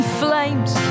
flames